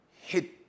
hit